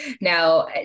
Now